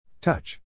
Touch